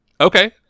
Okay